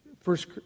first